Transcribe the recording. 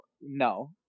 no